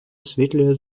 освітлює